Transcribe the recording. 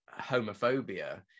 homophobia